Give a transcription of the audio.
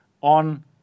on